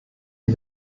die